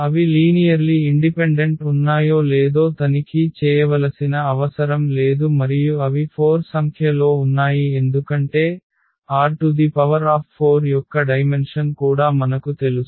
అవి linearly independent ఉన్నాయో లేదో తనిఖీ చేయవలసిన అవసరం లేదు మరియు అవి 4 సంఖ్యలో ఉన్నాయి ఎందుకంటే R4 యొక్క డైమెన్షన్ కూడా మనకు తెలుసు